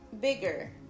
bigger